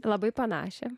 labai panašią